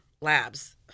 labs